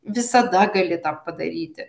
visada gali tą padaryti